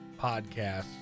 podcasts